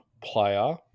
player